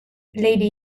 lady